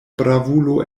bravulo